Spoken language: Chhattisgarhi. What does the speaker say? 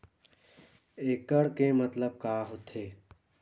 एकड़ के मतलब का होथे?